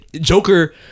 Joker